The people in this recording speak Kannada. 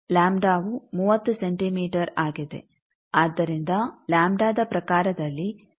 ಲಾಂಬ್ಡಾವು 30 ಸೆಂಟಿಮೀಟರ್ ಆಗಿದೆ ಆದ್ದರಿಂದ ಲಾಂಬ್ಡಾದ ಪ್ರಕಾರದಲ್ಲಿ 4